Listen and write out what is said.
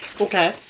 Okay